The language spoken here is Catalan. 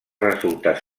resultar